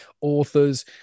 authors